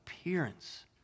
appearance